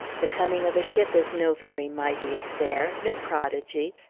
the coming of a ship is no very mighty affair, no prodigy,